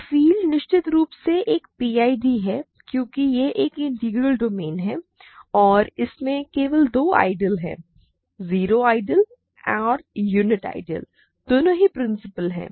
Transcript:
एक फील्ड निश्चित रूप से एक पीआईडी है क्योंकि यह एक इंटीग्रल डोमेन है और इसमें केवल दो आइडियल हैं जीरो आइडियल और यूनिट आइडियल दोनों ही प्रिंसिपल हैं